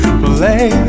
play